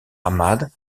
ahmad